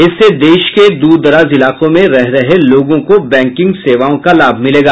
इससे देश के दूरदराज इलाकों में रह रहे लोगों को बैंकिंग सेवाओं का लाभ मिलेगा